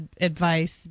advice